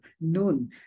noon